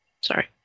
Sorry